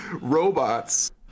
robots